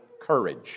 courage